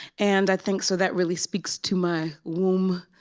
and i think so that really speaks to my womb.